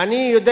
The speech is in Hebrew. אני יודע